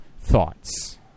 Thoughts